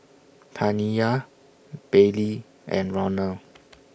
Taniyah Bailee and Ronald